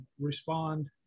respond